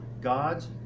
god's